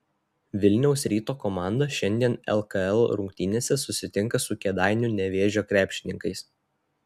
vilniaus ryto komanda šiandien lkl rungtynėse susitinka su kėdainių nevėžio krepšininkais